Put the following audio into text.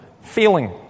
feeling